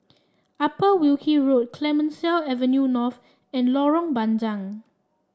Upper Wilkie Road Clemenceau Avenue North and Lorong Bandang